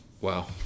Wow